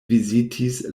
vizitis